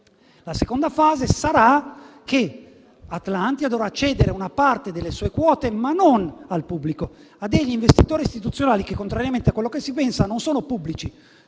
La seconda fase sarà che Atlantia dovrà cedere una parte delle sue quote, ma non al pubblico, bensì a degli investitori istituzionali che, contrariamente a quello che si pensa, non sono pubblici